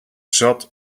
zat